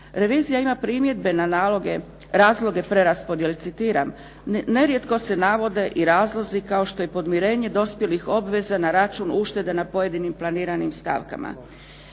Revizija ima primjedbe na naloge, razloge preraspodijele, citiram, nerijetko se navode i razlozi kao što je podmirenje dospjelih obveza na račun uštede na pojedinim planiranim stavkama.